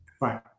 Right